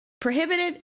prohibited